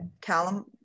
Callum